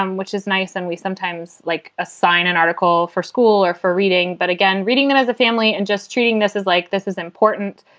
um which is nice. and we sometimes, like, assign an article for school or for reading. but again, reading them as a family and just treating this is like this is important.